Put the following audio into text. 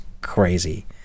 crazy